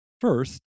First